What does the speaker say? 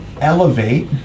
Elevate